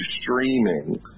streaming